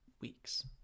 weeks